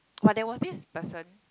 but there was this person